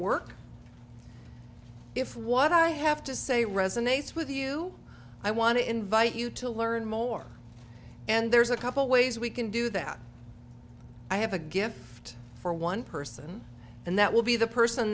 work if what i have to say resonates with you i want to invite you to learn more and there's a couple ways we can do that i have a gift for one person and that will be the person